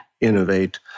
innovate